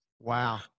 Wow